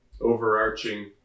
overarching